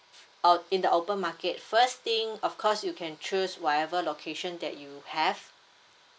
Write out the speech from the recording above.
o~ in the open market first thing of course you can choose whatever location that you have